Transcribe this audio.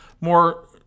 more